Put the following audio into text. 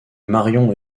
marion